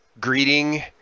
greeting